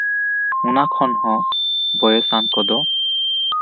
ᱚᱱᱟ ᱠᱷᱚᱱ ᱦᱚᱸ ᱵᱚᱭᱮᱥᱟᱱ ᱠᱚᱫᱚ